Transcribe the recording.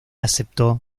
aceptó